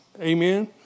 Amen